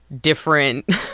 different